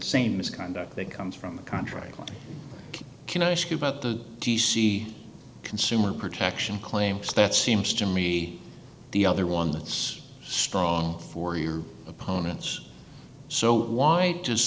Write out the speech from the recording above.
same misconduct that comes from a contract can i ask you about the d c consumer protection claims that seems to me the other one that's strong for your opponents so why does